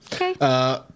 Okay